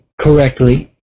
correctly